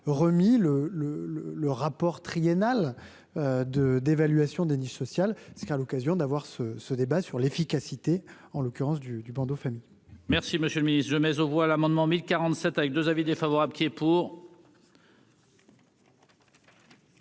le le le rapport triennal de d'évaluation des niches sociales ce qu'à l'occasion d'avoir ce ce débat sur l'efficacité, en l'occurrence du du bandeau famille. Merci, monsieur le Ministre je mais aux voix l'amendement 1047 avec 2 avis défavorable qui est pour.